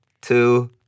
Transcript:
two